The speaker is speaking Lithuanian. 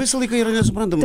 visą laiką yra nesuprantama